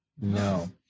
No